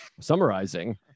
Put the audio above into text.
summarizing